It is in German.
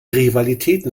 rivalitäten